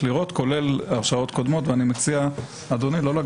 לראות כולל הרשעות קודמות ואני מציע אדוני לא לגעת בזה.